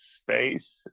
space